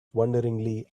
wonderingly